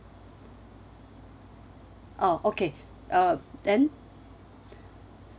oh okay uh then